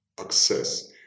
access